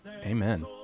Amen